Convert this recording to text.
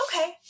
okay